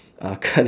ah cut